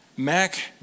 Mac